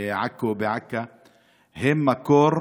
בעכו, הם מקור